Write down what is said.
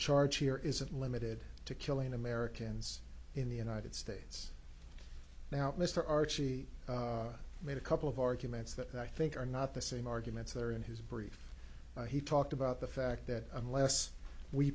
charge here isn't limited to killing americans in the united states now mr archie made a couple of arguments that i think are not the same arguments there in his brief he talked about the fact that unless we